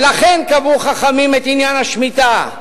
ולכן קבעו חכמים את עניין השמיטה,